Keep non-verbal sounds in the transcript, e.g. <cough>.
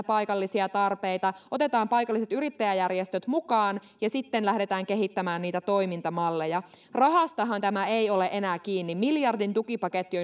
<unintelligible> paikallisia tarpeita otetaan paikalliset yrittäjäjärjestöt mukaan ja sitten lähdetään kehittämään toimintamalleja rahastahan tämä ei ole enää kiinni miljardin tukipaketti <unintelligible>